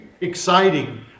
Exciting